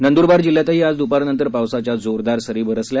नंदुरबार जिल्ह्यातही आज दुपारनंतर पावसाच्या जोरदार सरी बरसल्या